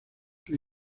sus